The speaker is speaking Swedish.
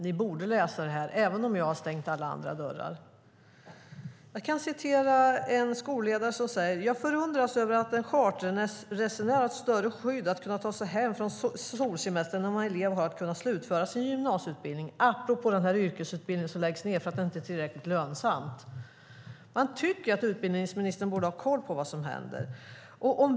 Ni borde läsa detta även om jag har stängt alla andra dörrar. Låt mig läsa upp vad en skolledare säger: Jag förundras över att en charterresenär har ett större skydd för att kunna ta sig hem från solsemestern än vad en elev har för att kunna slutföra sin gymnasieutbildning. Detta apropå den yrkesutbildning som läggs ned därför att den inte är tillräckligt lönsam. Jag tycker att utbildningsministern borde ha koll på vad som händer.